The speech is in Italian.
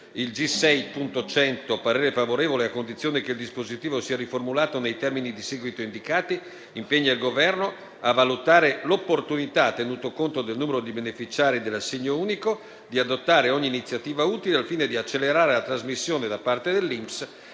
esprimo parere favorevole a condizione che il dispositivo sia riformulato nei termini di seguito indicati: «Impegna il Governo a valutare l'opportunità, tenuto conto del numero di beneficiari dell'assegno unico, di adottare ogni iniziativa utile, al fine di accelerare la trasmissione da parte dell'INPS